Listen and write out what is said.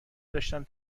داشتم